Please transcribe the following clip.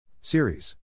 Series